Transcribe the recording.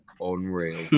unreal